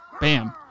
Bam